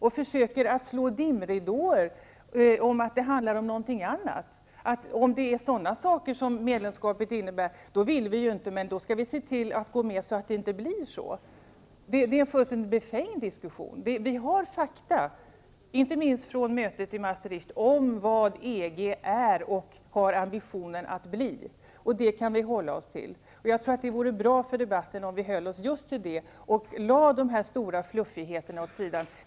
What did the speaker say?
De försöker lägga ut dimridåer och säga att det handlar om någonting annat. De säger: Om det är vad medlemskapet innebär, då vill vi inte, men vi skall gå med och se till att det inte blir så. Det är en fullständigt befängd diskussion. Vi har fakta, inte minst från mötet i Maastricht, om vad EG är och har ambitionen att bli. Det kan vi hålla oss till. Det vore bra för debatten om vi höll oss till det och lade de stora fluffigheterna åt sidan.